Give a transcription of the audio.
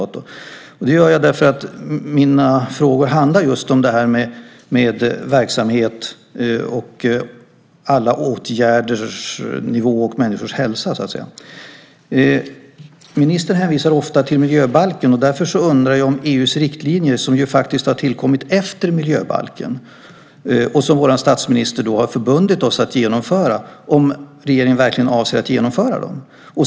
Mina frågor handlar just om detta med verksamhet och alla åtgärders nivå och människors hälsa. Ministern hänvisar ofta till miljöbalken. Därför undrar jag om regeringen verkligen avser att genomföra EU:s riktlinjer, som ju faktiskt har tillkommit efter miljöbalken och som vår statsminister har förbundit oss att genomföra.